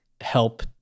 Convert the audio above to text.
help